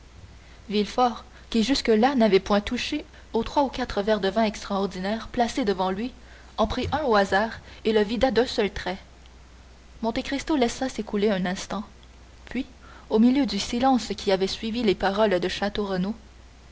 villefort qui jusque-là n'avait point touché aux trois ou quatre verres de vins extraordinaires placés devant lui en prit un au hasard et le vida d'un seul trait monte cristo laissa s'écouler un instant puis au milieu du silence qui avait suivi les paroles de